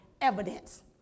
evidence